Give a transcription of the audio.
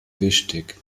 wichtig